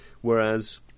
whereas